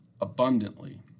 abundantly